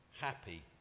happy